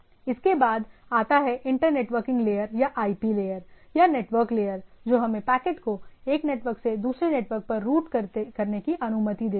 इसके बाद आता है इंटर नेटवर्किंग लेयर या आईपी लेयर या नेटवर्क लेयर जो हमें पैकेट को एक नेटवर्क से दूसरे नेटवर्क पर रूट करने की अनुमति देती है